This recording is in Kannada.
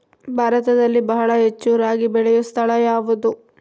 ಭಾರತದಲ್ಲಿ ಬಹಳ ಹೆಚ್ಚು ರಾಗಿ ಬೆಳೆಯೋ ಸ್ಥಳ ಯಾವುದು?